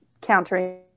countering